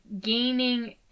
gaining